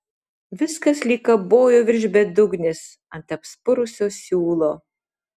viskas lyg kybojo virš bedugnės ant apspurusio siūlo